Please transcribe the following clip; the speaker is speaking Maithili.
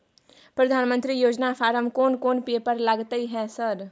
प्रधानमंत्री योजना फारम कोन कोन पेपर लगतै है सर?